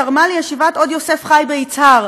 תרמה לישיבת עוד יוסף חי ביצהר,